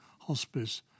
Hospice